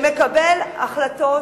שמקבל החלטות